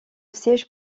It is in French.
siège